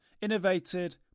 Innovated